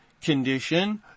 condition